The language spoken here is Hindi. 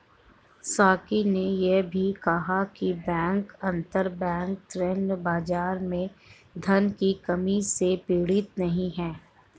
साकी ने यह भी कहा कि बैंक अंतरबैंक ऋण बाजार में धन की कमी से पीड़ित नहीं हैं